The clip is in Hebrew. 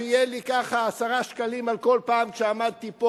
שיהיו לי 10 שקלים על כל פעם שעמדתי פה